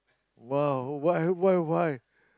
!wow! what what what why